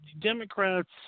Democrats